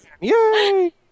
Yay